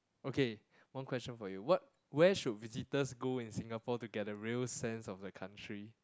okay one question for you what where should visitors go in Singapore to get a real sense of the country